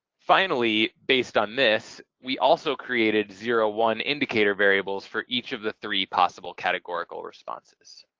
finally, based on this we also created zero one indicator variables for each of the three possible categorical responses.